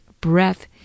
breath